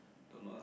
don't know ah